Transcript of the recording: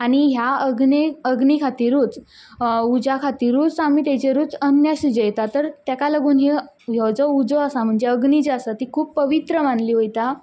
आनी ह्या अग्ने अग्नी खातीरूच उज्या खातीरूच आमी तेजेर अन्य शिजयतात तर तेका लागून ह्यो ह्यो ज्यो उज्यो आसा म्हणजे अग्नी जी आसा ती खूब पवित्र मानली वयता